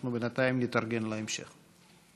אנחנו בינתיים נתארגן להמשך.